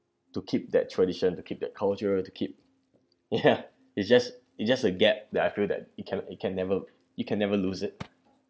to keep that tradition to keep that culture to keep ya it's just it's just a gap that I feel that it can it can never you can never lose it